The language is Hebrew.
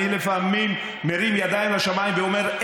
אני לפעמים מרים ידיים לשמיים ואומר,